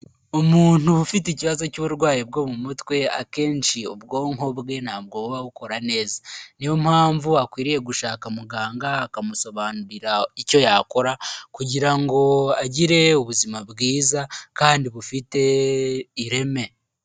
Umuntu ufite ikibazo cy'uburwayi bwo mu mutwe akenshi ubwonko bwe ntabwo buba bukora neza, niyo mpamvu akwiriye gushaka muganga akamusobanurira icyo yakora kugira ngo agire ubuzima bwiza kandi bufite ireme.